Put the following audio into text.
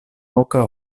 oka